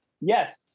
Yes